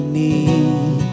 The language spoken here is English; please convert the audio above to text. need